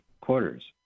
quarters